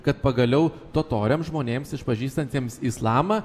kad pagaliau totoriam žmonėms išpažįstantiems islamą